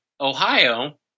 ohio